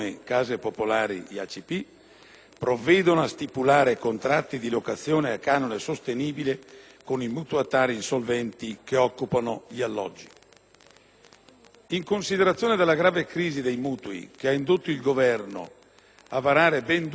provvedano a stipulare contratti di locazione a canone sostenibile con i mutuatari insolventi che occupano gli alloggi. In considerazione della grave crisi dei mutui che ha indotto il Governo a varare ben due decreti-legge a favore delle banche